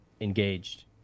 engaged